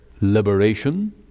liberation